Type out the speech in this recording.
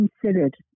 considered